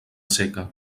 seca